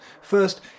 First